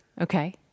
Okay